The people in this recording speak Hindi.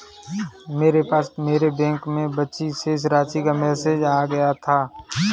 मेरे पास मेरे बैंक में बची शेष राशि का मेसेज आ गया था